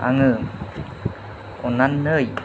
आङो अन्नानै